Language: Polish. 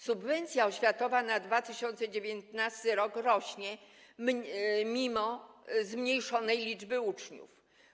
Subwencja oświatowa na 2019 r. rośnie mimo zmniejszonej liczby uczniów.